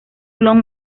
clon